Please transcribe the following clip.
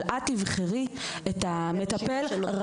'אין בעיה אנחנו ניתן לך את התעריף שמגיע לך אבל את תבחרי את המטפל,